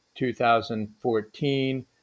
2014